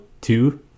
two